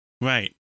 Right